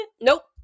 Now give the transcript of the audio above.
nope